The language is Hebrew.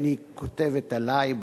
בין שהיא כותבת עלי,